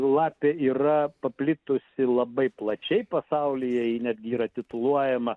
lapė yra paplitusi labai plačiai pasaulyje ji netgi yra tituluojama